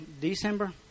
December